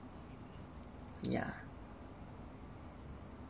yeah